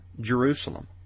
Jerusalem